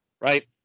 Right